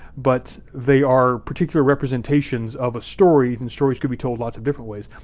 but they are particular representations of a story and stories can be told lots of different ways.